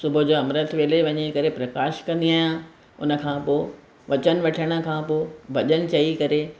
सुबुह जो अमृत वेले वञी करे प्रकाश कंदी आहियां उनखां पोइ वचन वठण खां पोइ भजन चई करे